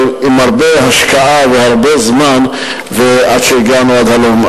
אבל עם הרבה השקעה והרבה זמן עד שהגענו עד הלום.